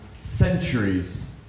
centuries